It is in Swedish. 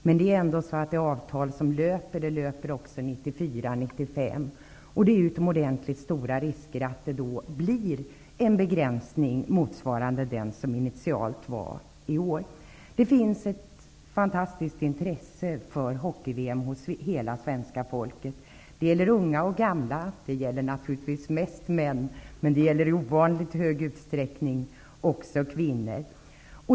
Men det avtal som löper löper också 1994 och 1995, och det är utomordenligt stora risker att det då blir en begränsning motsvarande den som initialt var i år. Det finns ett fantastiskt intresse för hockey-VM hos hela svenska folket. Det gäller unga och gamla. Det gäller naturligtvis mest män, men det gäller i ovanligt stor utsträckning också kvinnor.